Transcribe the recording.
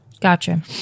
Gotcha